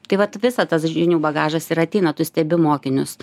tai vat visa tas žinių bagažas ir ateina tu stebi mokinius